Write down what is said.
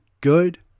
good